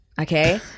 Okay